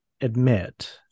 admit